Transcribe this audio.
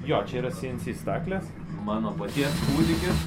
jo čia yra si en si staklės mano paties kūdikis